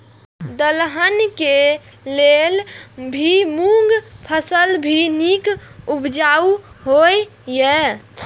दलहन के लेल भी मूँग फसल भी नीक उपजाऊ होय ईय?